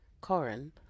Corin